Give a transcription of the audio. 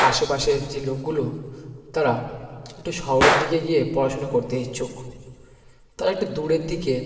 আশেপাশের যে লোকগুলো তারা একটু শহরের দিকে গিয়ে পড়াশুনো করতে ইচ্ছুক তারা একটু দূরের দিকে